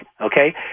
okay